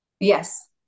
Yes